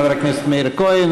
חבר הכנסת מאיר כהן.